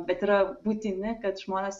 bet yra būtini kad žmonės